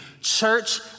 Church